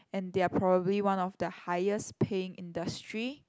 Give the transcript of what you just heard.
and they're probably one of the highest paying industry